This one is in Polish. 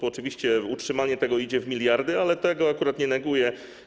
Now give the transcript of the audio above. Oczywiście utrzymanie tego idzie w miliardy, ale tego akurat nie neguję.